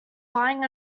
lying